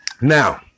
now